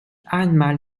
einmal